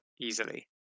easily